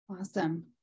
Awesome